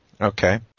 Okay